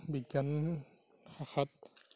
বিজ্ঞান শাখাত